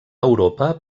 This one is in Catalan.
europa